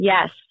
Yes